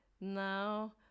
now